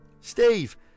Steve